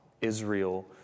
Israel